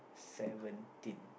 seventeen